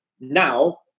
now